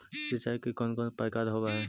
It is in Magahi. सिंचाई के कौन कौन प्रकार होव हइ?